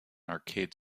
arcade